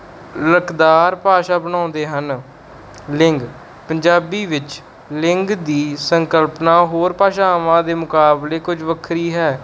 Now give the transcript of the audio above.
ਲੱਖਦਾਰ ਭਾਸ਼ਾ ਬਣਾਉਂਦੇ ਹਨ ਲਿੰਗ ਪੰਜਾਬੀ ਵਿੱਚ ਲਿੰਗ ਦੀ ਸੰਕਲਪਨਾ ਹੋਰ ਭਾਸ਼ਾਵਾਂ ਦੇ ਮੁਕਾਬਲੇ ਕੁਝ ਵੱਖਰੀ ਹੈ